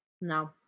No